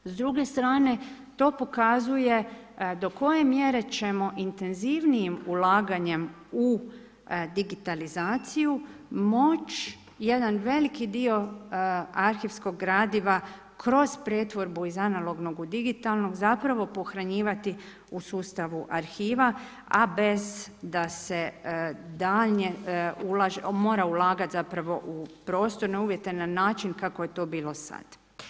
S druge strane, to pokazuje do koje mjere ćemo intenzivnijim ulaganjem u digitalizaciju moći jedan veliki arhivskog gradiva kroz pretvorbu iz analognog u digitalno zapravo pohranjivati u sustavu arhiva, a bez da se daljnje mora ulagati zapravo u prostorne uvjete na način kako je to bilo sad.